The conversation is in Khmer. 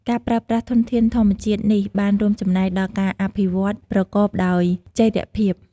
ការប្រើប្រាស់ធនធានធម្មជាតិនេះបានរួមចំណែកដល់ការអភិវឌ្ឍន៍ប្រកបដោយចីរភាព។